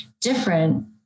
different